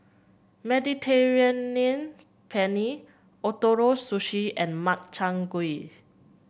Mediterranean Penne Ootoro Sushi and Makchang Gui